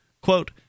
quote